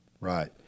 right